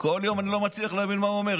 אני לא מצליח להבין מה הוא אומר.